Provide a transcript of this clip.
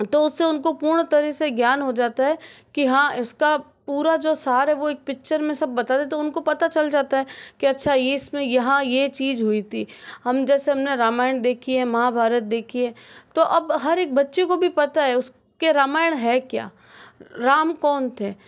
तो उससे उनको पूर्ण तरह से ज्ञान हो जाता है कि हाँ इसका पूरा जो सार है वो एक पिक्चर में सब बता देता है तो उनको पता चल जाता है कि अच्छा यह इसमें यहाँ ये चीज हुई थी हम जैसे हमने रामायण देखी है महाभारत देखी है तो अब हर एक बच्चे को भी पता है उसके रामायण है क्या राम कौन थे